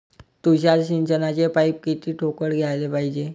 तुषार सिंचनाचे पाइप किती ठोकळ घ्याले पायजे?